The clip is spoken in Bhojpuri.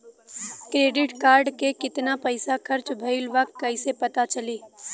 क्रेडिट कार्ड के कितना पइसा खर्चा भईल बा कैसे पता चली?